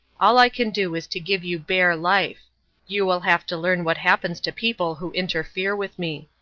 all i can do is to give you bare life you will have to learn what happens to people who interfere with me.